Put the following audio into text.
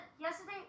Yesterday